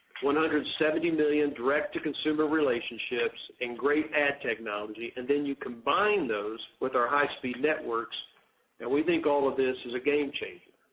one hundred and seventy million direct to consumer relationships and great ad technology and then you combine those with our high speed networks and we think all of this is a game changer.